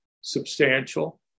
substantial